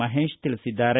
ಮಹೇಶ್ ತಿಳಿಸಿದ್ದಾರೆ